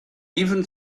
even